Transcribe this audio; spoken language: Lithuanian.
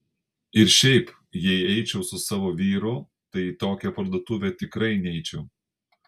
ir šiaip jei eičiau su savo vyru tai į tokią parduotuvę tikrai neičiau